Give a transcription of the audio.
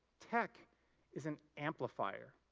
tech is an amplifier.